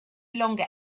longer